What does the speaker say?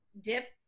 dip